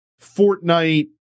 Fortnite